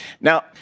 Now